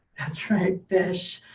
that's right, fish.